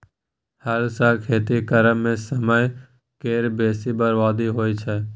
हल सँ खेती करबा मे समय केर बेसी बरबादी होइ छै